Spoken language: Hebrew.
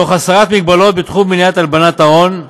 תוך הסרת מגבלות בתחום מניעת הלבנת הון.